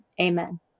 amen